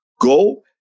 go